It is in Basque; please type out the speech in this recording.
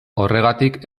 horregatik